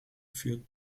für